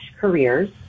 careers